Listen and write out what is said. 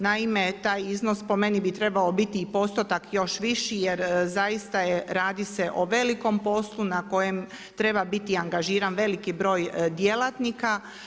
Naime, taj iznos po meni bi trebao biti i postotak još viši, jer zaista radi se o velikom poslu na kojem treba biti angažiran veliki broj djelatnika.